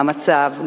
המצב,